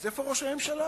אז איפה ראש הממשלה?